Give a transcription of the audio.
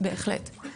בהחלט.